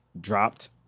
dropped